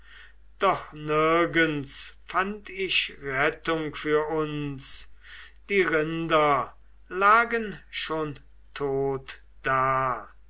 doch nirgends fand ich rettung für uns die rinder lagen schon tot da